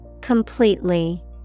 Completely